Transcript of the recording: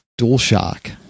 DualShock